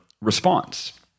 response